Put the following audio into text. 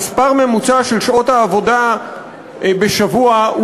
המספר הממוצע של שעות העבודה בשבוע הוא